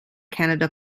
canada